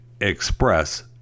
Express